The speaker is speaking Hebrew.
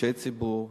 אנשי ציבור,